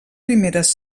primeres